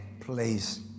place